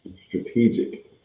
strategic